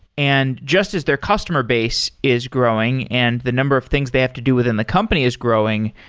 and just as their customer-base is growing and the number of things they have to do within the company is growing,